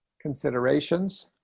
considerations